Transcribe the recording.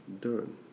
Done